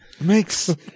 makes